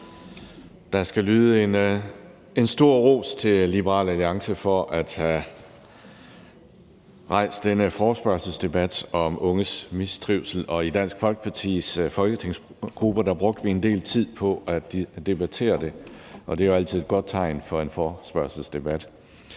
Der skal lyde en stor ros til Liberal Alliance for at have rejst denne forespørgselsdebat om unges mistrivsel, og i Dansk Folkepartis folketingsgruppe brugte vi en del tid på at debattere det, og det er jo altid et godt tegn for en forespørgselsdebat.